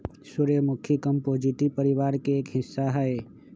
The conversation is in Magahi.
सूर्यमुखी कंपोजीटी परिवार के एक हिस्सा हई